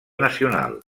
nacional